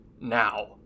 now